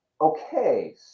okay